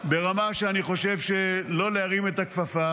ברמה שאני חושב שלא להרים את הכפפה,